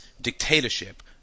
dictatorship